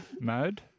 mode